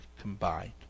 combined